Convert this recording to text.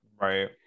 Right